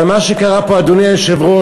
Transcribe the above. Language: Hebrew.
אבל מה שקרה פה, אדוני היושב-ראש,